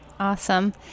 Awesome